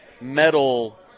metal